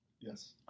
Yes